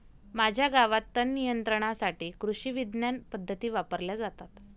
माझ्या गावात तणनियंत्रणासाठी कृषिविज्ञान पद्धती वापरल्या जातात